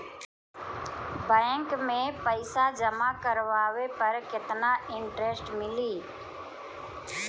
Bank में पईसा जमा करवाये पर केतना इन्टरेस्ट मिली?